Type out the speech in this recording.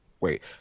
wait